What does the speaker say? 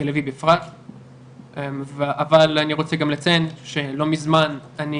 בתל אביב בפרט אבל אני רוצה גם לציין שלא מזמן אני